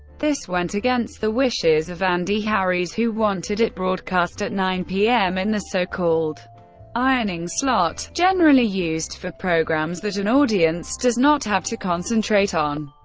this went against the wishes of andy harries, who wanted it broadcast at nine pm in the so-called ironing slot generally used for programmes that an audience does not have to concentrate on.